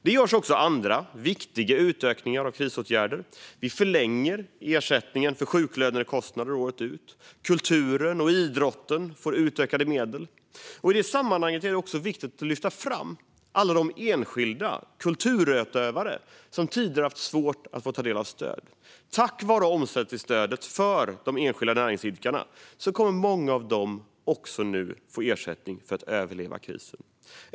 Det görs också viktiga utökningar av andra krisåtgärder. Vi förlänger ersättningen för sjuklönekostnader året ut. Kulturen och idrotten får utökade medel. I sammanhanget är det också viktigt att lyfta fram alla de enskilda kulturutövare som tidigare har haft svårt att få del av stöd. Tack vare omsättningsstödet för de enskilda näringsidkarna kommer många av dem nu också få ersättning för att överleva krisen.